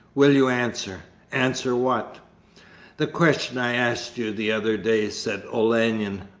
will you answer answer what the question i asked you the other day said olenin,